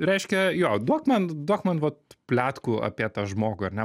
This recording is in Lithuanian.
reiškia jo duok man duok man vat pletkų apie tą žmogų ar ne